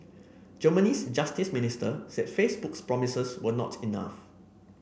Germany's justice minister said Facebook's promises were not enough